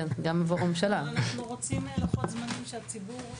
אנחנו רוצים לוחות זמנים שכל הציבור,